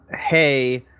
Hey